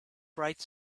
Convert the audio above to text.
bright